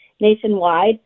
nationwide